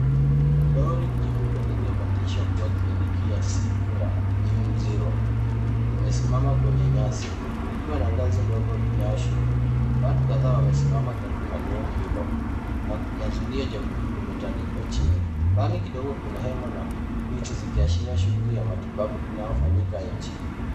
Lori jeupe lililobadilishwa kuwa kliniki ya simu ya Beyond Zero limesimama kwenye nyasi likiwa na ngazi ndogo inayoshuka. Watu kadhaa wamesimama karibu na lori hilo na kuna zulia jekundu limetandikwa chini. Mbali kidogo kuna hema na miti zikiashiria shughuli ya matibabu inayofanyika nje.